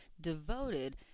devoted